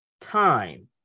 time